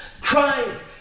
cried